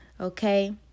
okay